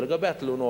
לגבי התלונות,